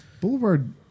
Boulevard